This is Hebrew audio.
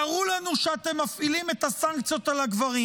תראו לנו שאתם מפעילים את הסנקציות על הגברים.